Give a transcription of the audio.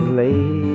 lay